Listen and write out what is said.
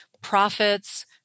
profits